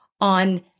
on